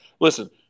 Listen